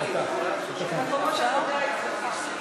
הארכת הוראת שעה),